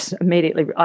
immediately